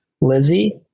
Lizzie